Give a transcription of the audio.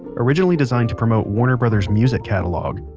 originally designed to promote warner brothers' music catalog,